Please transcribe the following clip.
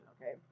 okay